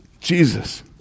Jesus